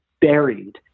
buried